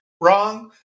wrong